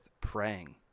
praying